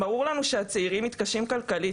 ברור לנו שהצעירים מתקשים כלכלית,